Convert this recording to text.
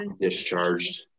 Discharged